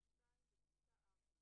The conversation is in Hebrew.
בכל מקרה, יש באמת בעיה בכתיבה.